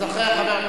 אחריה,